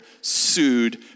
sued